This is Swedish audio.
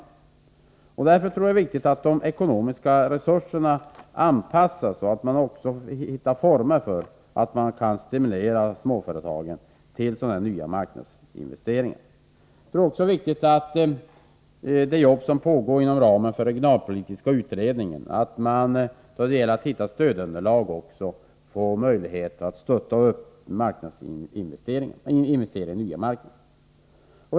Därför tror jag att det är viktigt att de ekonomiska resurserna anpassas efter småföretagens behov och att man försöker hitta former för att stimulera småföretagen till nya marknadsinvesteringar. Det är också viktigt att man i det arbete som pågår inom ramen för regionalpolitiska utredningen tar fram nya möjligheter att stötta upp investeringar i nya marknader.